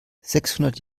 sechshundert